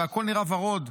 והכול נראה ורוד.